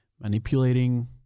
manipulating